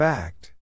Fact